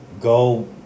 go